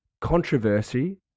Controversy